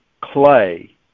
clay